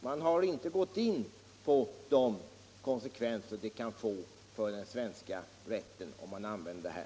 Man har inte gått in på de konsekvenser som ägandet av lägenhet i flerfamiljshus kan få, om vi tillämpade det här.